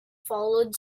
followed